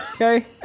okay